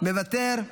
-- מוותר,